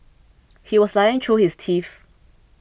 he was lying through his teeth